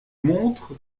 montre